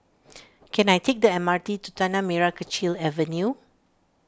can I take the M R T to Tanah Merah Kechil Avenue